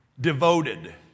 Devoted